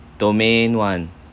domain one